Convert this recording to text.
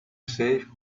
safe